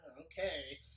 okay